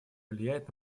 влияет